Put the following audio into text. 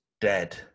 dead